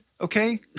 okay